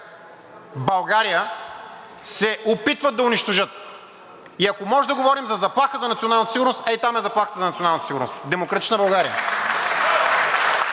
България“, се опитват да унищожат. И ако можем да говорим за заплаха за националната сигурност, ей там е заплахата за националната сигурност – „Демократична България“.